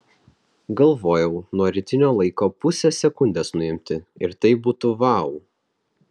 galvojau nuo rytinio laiko pusę sekundės nuimti ir tai būtų vau